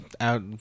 out